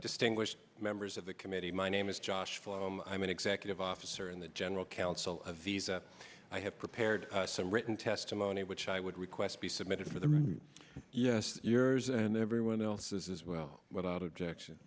distinguished members of the committee my name is josh flow i'm an executive officer in the general counsel of visa i have prepared some written testimony which i would request be submitted for the yours and everyone else's as well without objection